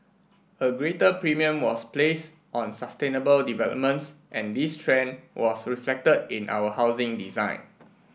a greater premium was place on sustainable developments and this trend was reflected in our housing design